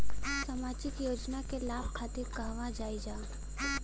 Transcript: सामाजिक योजना के लाभ खातिर कहवा जाई जा?